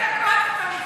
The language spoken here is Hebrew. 40 דקות אתה,